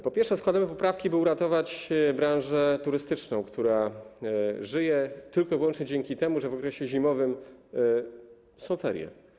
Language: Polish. Po pierwsze, składamy poprawki, by uratować branżę turystyczną, która żyje tylko i wyłącznie dzięki temu, że w okresie zimowym są ferie.